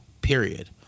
Period